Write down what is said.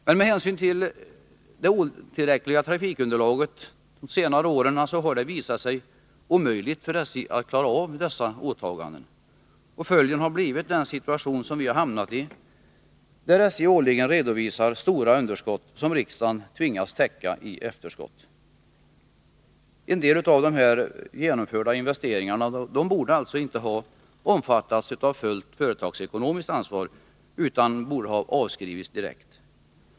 Men med hänsyn till det otillräckliga trafikunderlaget under senare år har det visat sig omöjligt för SJ att klara dessa åtaganden. Följden har blivit den situation som vi har hamnat i, där SJ årligen redovisar stora underskott, som riksdagen tvingas täcka i efterskott. En del av de genomförda investeringarna borde inte ha omfattats av fullt företagsekonomiskt ansvar utan borde ha avskrivits direkt.